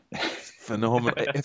Phenomenal